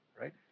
right